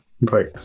Right